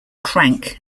crank